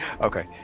Okay